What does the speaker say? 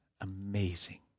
Amazing